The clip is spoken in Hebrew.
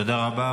תודה רבה.